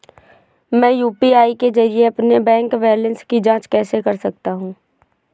मैं यू.पी.आई के जरिए अपने बैंक बैलेंस की जाँच कैसे कर सकता हूँ?